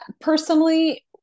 personally